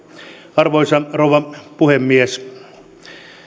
arvoisa rouva puhemies